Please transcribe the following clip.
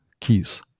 keys